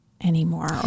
anymore